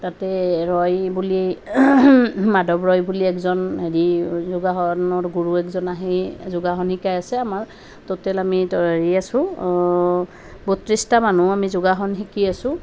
তাতে ৰয় বুলি মাধৱ ৰয় বুলি এজন হেৰি যোগাসনৰ গুৰু এজন আহে যোগাসন শিকাই আছে আমাক ট'টেল আমি হেৰি আছোঁ বত্ৰিছটা মানুহ আমি যোগাসন শিকি আছোঁ